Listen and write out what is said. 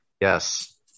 Yes